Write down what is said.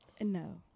No